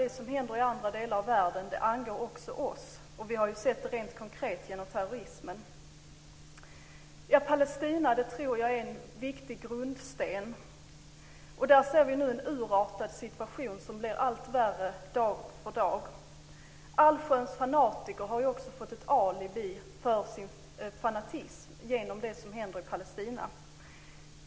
Det som händer i andra delar av världen angår också oss. Vi har sett det rent konkret genom terrorismen. Palestinakonflikten tror jag är en viktig grundsten. Vi ser nu en urartad situation som blir värre dag för dag. Allsköns fanatiker har fått ett alibi för sin fanatism genom det som händer i Palestina.